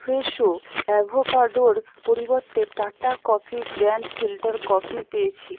Fresho অ্যাভোকাডোর পরিবর্তে Tata coffee grand filter coffee পেয়েছি